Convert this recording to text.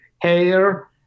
hair